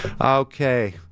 Okay